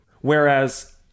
Whereas